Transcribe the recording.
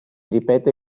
ripete